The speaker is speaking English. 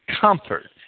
comfort